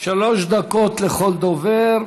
שלוש דקות לכל דובר.